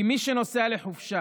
כי מי שנוסע לחופשה